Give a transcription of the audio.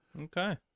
Okay